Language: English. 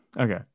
Okay